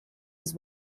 his